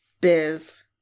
Biz